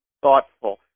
thoughtful